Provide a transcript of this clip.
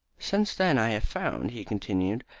since then i have found, he continued,